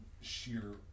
sheer